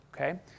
Okay